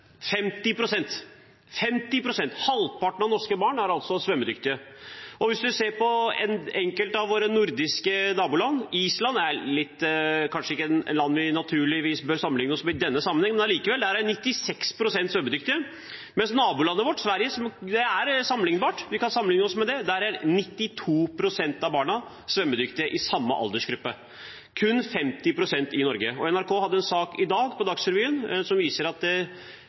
50 pst. Halvparten av norske barn er altså svømmedyktige. Og hvis man ser på enkelte av våre nordiske naboland: Island er kanskje ikke et land vi naturlig bør sammenligne oss med i denne sammenheng, men allikevel: Der er 96 pst. svømmedyktige, mens i nabolandet vårt Sverige – det er sammenlignbart, vi kan sammenligne oss med det – er 92 pst. av barna i samme aldersgruppe svømmedyktige, kun 50 pst. i Norge. NRK hadde en sak i Dagsrevyen i dag som viser at